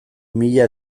mila